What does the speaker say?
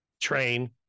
train